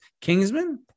Kingsman